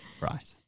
Right